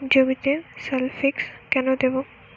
জমিতে সালফেক্স কেন দেবো?